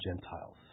Gentiles